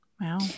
Wow